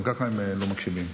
גם ככה הם לא מקשיבים.